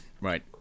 Right